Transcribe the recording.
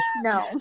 no